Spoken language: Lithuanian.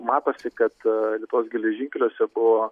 matosi kad lietuvos geležinkeliuose buvo